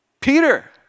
Peter